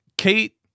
Kate